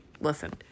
Listen